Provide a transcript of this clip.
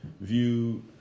view